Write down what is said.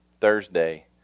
Thursday